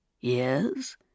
Yes